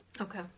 okay